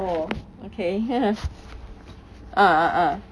oh okay uh uh uh